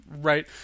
right